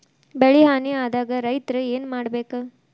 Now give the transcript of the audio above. ಬೆಳಿ ಹಾನಿ ಆದಾಗ ರೈತ್ರ ಏನ್ ಮಾಡ್ಬೇಕ್?